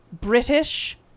British